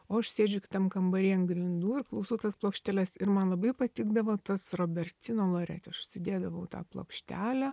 o aš sėdžiu kitam kambary ant grindų ir klausau tas plokšteles ir man labai patikdavo tas robertino loreti aš užsidėdavau tą plokštelę